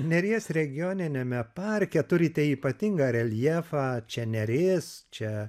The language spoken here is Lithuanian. neries regioniniame parke turite ypatingą reljefą čia neris čia